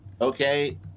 okay